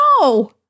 No